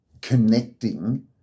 connecting